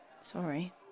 Sorry